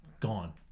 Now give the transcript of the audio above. gone